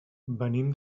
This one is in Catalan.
venim